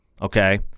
okay